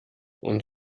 und